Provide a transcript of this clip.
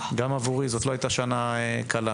גם עבורי זאת לא הייתה שנה קלה.